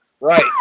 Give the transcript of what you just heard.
right